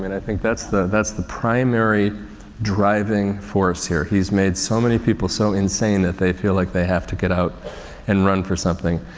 mean, i think that's the, that's the primary driving force here. he's made so many people so insane that they feel like they have to get out and run for something.